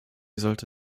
sollte